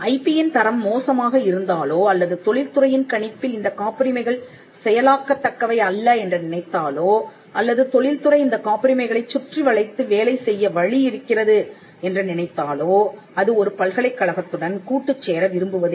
ஐபியின் தரம் மோசமாக இருந்தாலோ அல்லது தொழில் துறையின் கணிப்பில் இந்தக் காப்புரிமைகள் செயலாக்கத் தக்கவை அல்ல என்று நினைத்தாலோ அல்லது தொழில் துறை இந்தக் காப்புரிமைகளைச் சுற்றிவளைத்து வேலை செய்ய வழி இருக்கிறது என்று நினைத்தாலோ அது ஒரு பல்கலைக்கழகத்துடன் கூட்டுச் சேர விரும்புவதில்லை